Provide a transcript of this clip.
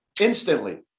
instantly